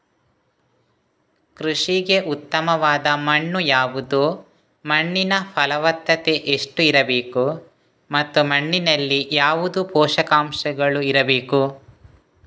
ಕೃಷಿಗೆ ಉತ್ತಮವಾದ ಮಣ್ಣು ಯಾವುದು, ಮಣ್ಣಿನ ಫಲವತ್ತತೆ ಎಷ್ಟು ಇರಬೇಕು ಮತ್ತು ಮಣ್ಣಿನಲ್ಲಿ ಯಾವುದು ಪೋಷಕಾಂಶಗಳು ಇರಬೇಕು?